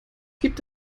gibt